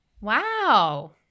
Wow